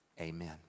Amen